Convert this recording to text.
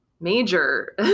major